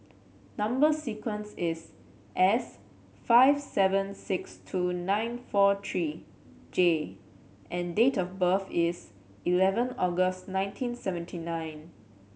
number sequence is S five seven six two nine four three J and date of birth is eleven August nineteen seventy nine